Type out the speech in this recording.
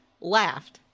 laughed